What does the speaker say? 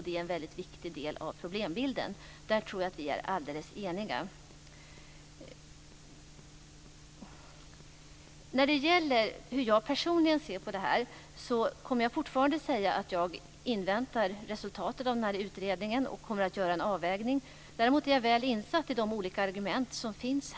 Det är en viktig del av problembilden. Där är vi alldeles eniga. När det gäller hur jag personligen ser på detta kommer jag att fortsätta att säga att jag inväntar resultatet av utredningen och kommer att göra en avvägning. Däremot är jag väl insatt i de olika argument som finns.